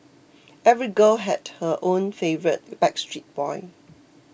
every girl had her own favourite Backstreet Boy